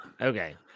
Okay